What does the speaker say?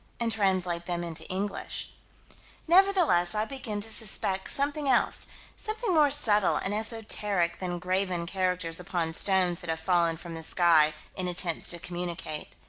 and translate them into english nevertheless i begin to suspect something else something more subtle and esoteric than graven characters upon stones that have fallen from the sky, in attempts to communicate.